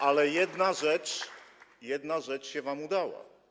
Ale jedna rzecz, jedna rzecz się wam udała.